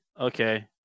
Okay